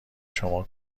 شما